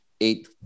eight